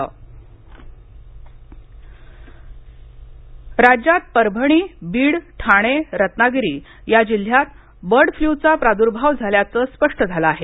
सुनील केदार आवाहन राज्यात परभणी बीड ठाणे रत्नागिरी या जिल्ह्यात बर्ड फ्ल्यूचा प्रादूर्भाव झाल्याचं स्पष्ट झालं आहे